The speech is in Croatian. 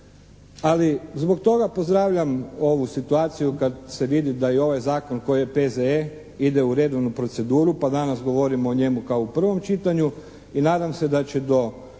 Ali zbog toga pozdravljam ovu situaciju kad se vidi da i ovaj zakon koji je P.Z.E. ide u redovnu proceduru pa danas govorimo o njemu kao u prvom čitanju i nadam se da će do